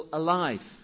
alive